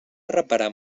reparar